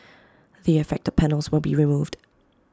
the affected panels will be removed